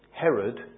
Herod